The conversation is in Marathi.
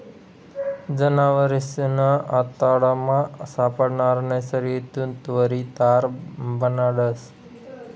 जनावरेसना आतडामा सापडणारा नैसर्गिक तंतुवरी तार बनाडतस